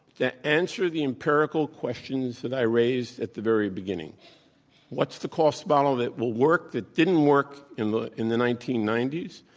the answer to the empirical questions that i raised at the very beginning what's the cost model that will work that didn't work in the in the nineteen ninety s?